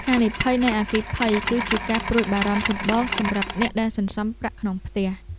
ហានិភ័យនៃអគ្គិភ័យ គឺជាការព្រួយបារម្ភចម្បងសម្រាប់អ្នកដែលសន្សំប្រាក់ក្នុងផ្ទះ។